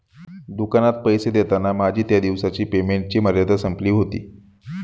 दुकानात पैसे देताना माझी त्या दिवसाची पेमेंटची मर्यादा संपली होती